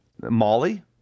Molly